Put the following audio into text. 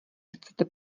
chcete